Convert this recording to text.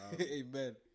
Amen